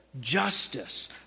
justice